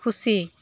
ᱠᱷᱩᱥᱤ